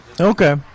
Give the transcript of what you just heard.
Okay